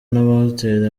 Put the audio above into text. n’amahoteli